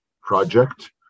project